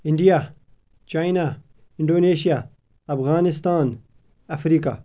India China Indonesia Afghanistan Africa